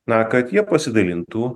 na kad jie pasidalintų